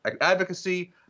advocacy